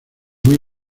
muy